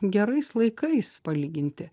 gerais laikais palyginti